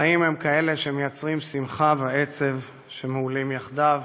החיים הם כאלה שמייצרים שמחה ועצב שמהולים יחדיו,